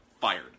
fired